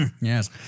yes